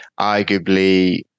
arguably